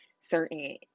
certain